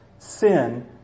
Sin